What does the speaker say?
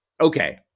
okay